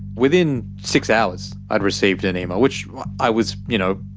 within six hours, i'd received an email which i was, you know,